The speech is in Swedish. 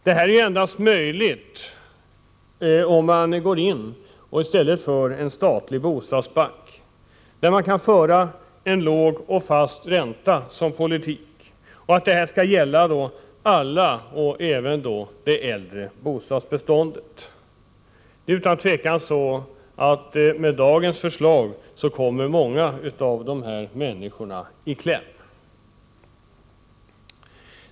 Detta är endast möjligt om man inrättar en statlig bostadsbank, som kan föra en sådan politik att man har en låg och fast ränta, som skall gälla alla bostäder, även det äldre bostadsbeståndet. Med det nu föreliggande förslaget kommer utan tvivel många människor i kläm.